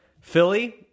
Philly